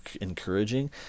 encouraging